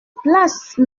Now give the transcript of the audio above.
place